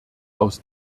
aus